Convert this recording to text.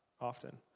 often